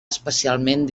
especialment